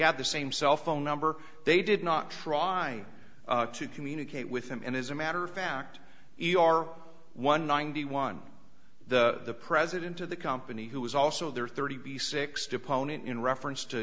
had the same cellphone number they did not try to communicate with him and as a matter of fact you are one ninety one the president of the company who was also there thirty six deponent in reference to